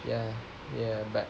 ya ya but